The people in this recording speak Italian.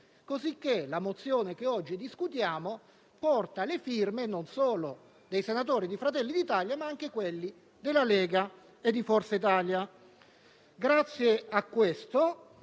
cosicché la mozione che oggi discutiamo porta le firme non solo dei senatori di Fratelli d'Italia, ma anche quelle dei senatori della Lega e di Forza Italia. Grazie a questo